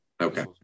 Okay